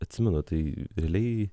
atsimenu tai realiai